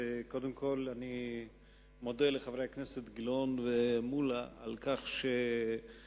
קודם כול אני מודה לחברי הכנסת גילאון ומולה על כך שהם